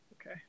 okay